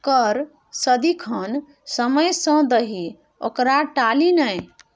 कर सदिखन समय सँ दही ओकरा टाली नै